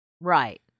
Right